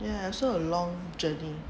ya so a long journey